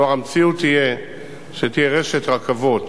כלומר, המציאות תהיה שתהיה רשת רכבות